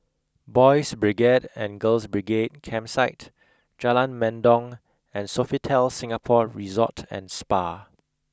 Boys' Brigade and Girls' Brigade Campsite Jalan Mendong and Sofitel Singapore Resort and Spa